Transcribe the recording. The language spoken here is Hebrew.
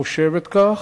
חושבת כך,